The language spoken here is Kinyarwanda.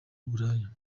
uburaya